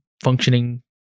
functioning